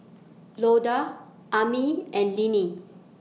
Loda Amie and Linnie